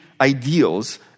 ideals